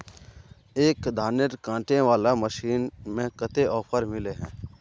एक धानेर कांटे वाला मशीन में कते ऑफर मिले है?